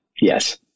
yes